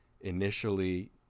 initially